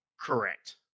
Correct